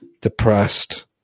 depressed